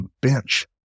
bench